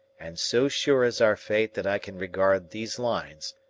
and so sure is our fate that i can regard these lines,